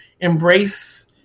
embrace